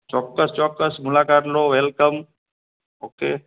ચોક્કસ ચોક્કસ મુલાકાત લો વૅલકમ ઓકે